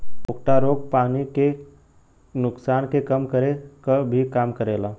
उकठा रोग पानी के नुकसान के कम करे क भी काम करेला